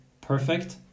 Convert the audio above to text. perfect